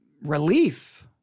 relief